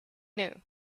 knew